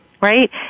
right